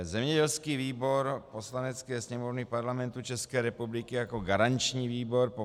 Zemědělský výbor Poslanecké sněmovny Parlamentu České republiky jako garanční výbor po